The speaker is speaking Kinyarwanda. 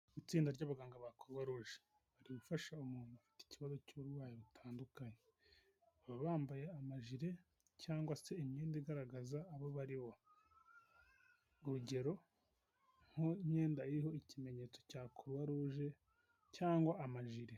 Itsinda ry'abaganga ba kuruwaruje bari gufasha umuntu ufite ikibazo cy'uburwayi butandukanye baba bambaye amajire cyangwa se imyenda igaragaza abo baribo urugero nk' imyenda iriho ikimenyetso cya kuruwaruje cyangwa amajire.